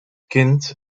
kind